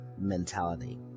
mentality